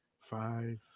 Five